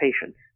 patients